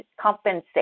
compensation